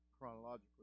chronologically